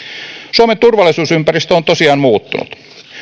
suomen turvallisuusympäristö on tosiaan muuttunut